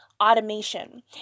automation